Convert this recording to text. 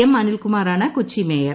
എച്ച്അനിൽകുമാറാണ് Kochi mayor